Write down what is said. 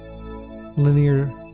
linear